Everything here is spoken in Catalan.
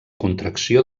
contracció